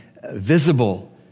visible